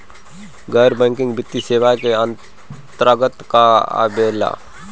गैर बैंकिंग वित्तीय सेवाए के अन्तरगत का का आवेला?